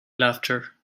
laughter